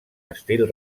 estil